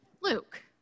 Luke